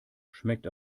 schmeckt